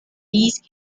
these